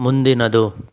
ಮುಂದಿನದು